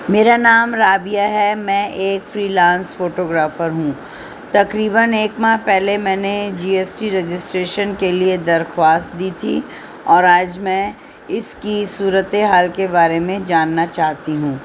میرا نام رابعہ ہے میں ایک فریلانس فوٹوگررافر ہوں تقریباًَ ایک ماہ پہلے میں نے جی ایس ٹی رجسٹریشن کے لیے درخواست دی تھی اور آج میں اس کی صورت حال کے بارے میں جاننا چاہتی ہوں